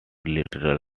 literal